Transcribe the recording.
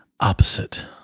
opposite